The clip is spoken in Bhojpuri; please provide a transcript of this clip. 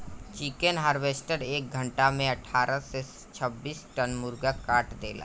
चिकेन हार्वेस्टर एक घंटा में अठारह से छब्बीस टन मुर्गा काट देला